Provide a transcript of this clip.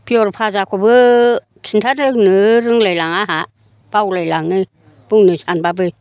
पियर फाजाखौबो खिन्थानो रोंलाय लाङा आंहा बावलायलाङो बुंनो सानबाबो